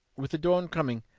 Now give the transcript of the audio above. with the dawn coming,